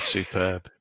Superb